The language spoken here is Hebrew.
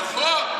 נכון.